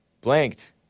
blanked